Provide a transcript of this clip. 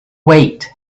wait